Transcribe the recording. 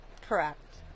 correct